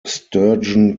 sturgeon